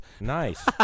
Nice